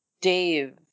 Dave